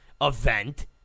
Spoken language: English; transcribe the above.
event